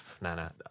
Nana